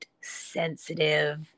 sensitive